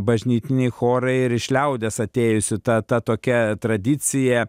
bažnytiniai chorai ir iš liaudies atėjusi ta ta tokia tradicija